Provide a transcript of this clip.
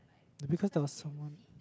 because there was someone